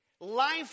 life